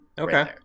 Okay